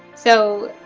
so